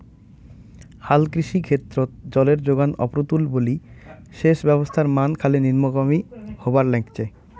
হালকৃষি ক্ষেত্রত জলের জোগান অপ্রতুল বুলি সেচ ব্যবস্থার মান খালি নিম্নগামী হবার নাইগছে